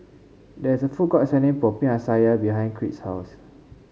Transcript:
there is a food court selling Popiah Sayur behind Crete's house